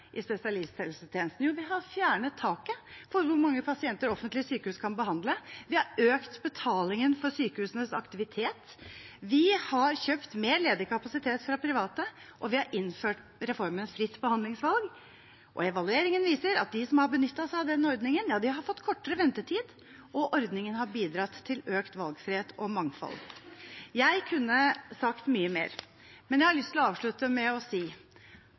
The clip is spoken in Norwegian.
i spesialisthelsetjenesten? Jo, vi har fjernet taket på hvor mange pasienter offentlige sykehus kan behandle. Vi har økt betalingen for sykehusenes aktivitet. Vi har kjøpt mer ledig kapasitet fra privat, og vi har innført reformen fritt behandlingsvalg. Evalueringen viser at de som har benyttet seg av den ordningen, har fått kortere ventetid, og ordningen har bidratt til økt valgfrihet og mangfold. Jeg kunne sagt mye mer, men jeg har lyst til å avslutte med å si